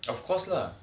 of course lah